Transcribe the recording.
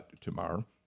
tomorrow